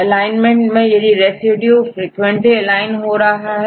alignment में यदि residue frequently align हो रहा है